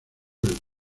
del